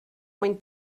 mwyn